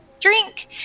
drink